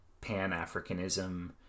pan-africanism